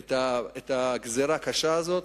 את הגזירה הקשה הזאת,